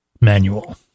Manual